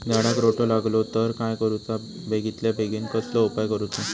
झाडाक रोटो लागलो तर काय करुचा बेगितल्या बेगीन कसलो उपाय करूचो?